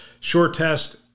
SureTest